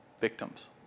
victims